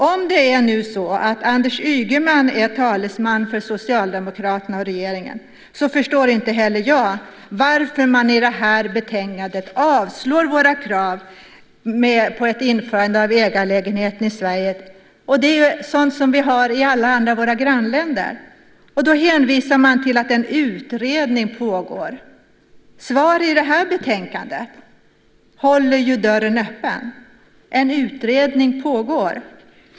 Om det nu är så att Anders Ygeman är talesman för Socialdemokraterna och regeringen, förstår inte heller jag varför man i det här betänkandet avslår våra krav på ett införande av ägarlägenheter i Sverige, som är något som finns i alla våra grannländer. Man hänvisar till att en utredning pågår. Svaret i det här betänkandet håller dörren öppen - en utredning pågår.